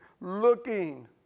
looking